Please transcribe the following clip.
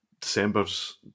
December's